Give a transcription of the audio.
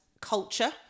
culture